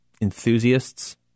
enthusiasts